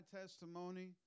testimony